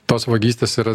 tos vagystės yra